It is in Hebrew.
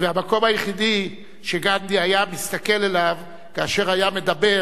והמקום היחידי שגנדי היה מסתכל אליו כאשר היה מדבר,